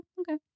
okay